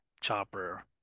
chopper